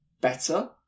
better